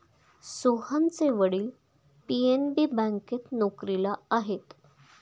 सोहनचे वडील पी.एन.बी बँकेत नोकरीला आहेत